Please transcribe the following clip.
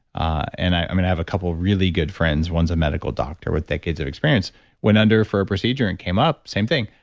and have a couple really good friends. one's a medical doctor with decades of experience went under for a procedure and came up same thing.